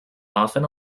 often